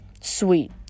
sweet